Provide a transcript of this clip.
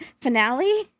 finale